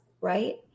right